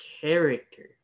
character